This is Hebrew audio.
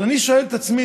אבל אני שואל את עצמי,